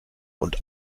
und